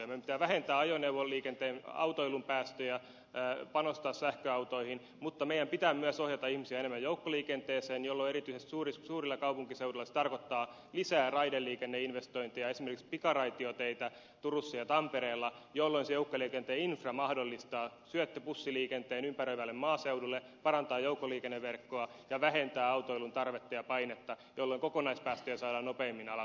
meidän pitää vähentää ajoneuvoliikenteen autoilun päästöjä ja panostaa sähköautoihin mutta meidän pitää myös ohjata ihmisiä enemmän joukkoliikenteeseen jolloin erityisesti suurilla kaupunkiseuduilla se tarkoittaa lisää raideliikenneinvestointeja esimerkiksi pikaraitioteitä turussa ja tampereella jolloin se joukkoliikenteen infra mahdollistaa syöttöbussiliikenteen ympäröivälle maaseudulle parantaa joukkoliikenneverkkoa ja vähentää autoilun tarvetta ja painetta jolloin kokonaispäästöjä saadaan nopeimmin alas